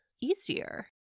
easier